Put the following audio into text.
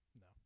No